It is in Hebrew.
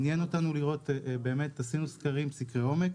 עניין אותנו לראות, עשינו סקרי עומק.